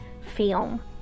film